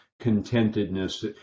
contentedness